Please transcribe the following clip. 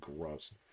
gross